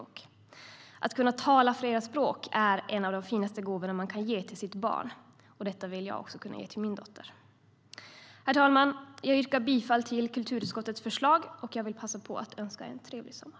Att lära sitt barn att tala flera språk är en av de finaste gåvorna som man kan ge till sitt barn. Detta vill jag också kunna ge till min dotter. Herr talman! Jag yrkar bifall till kulturutskottets förslag. Jag vill också passa på att önska en trevlig sommar.